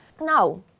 Now